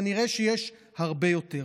כנראה שיש הרבה יותר,